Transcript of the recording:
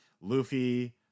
Luffy